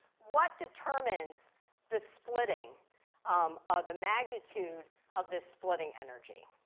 what determines the splitting? um or the magnitude of this splitting energy.